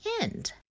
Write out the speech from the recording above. end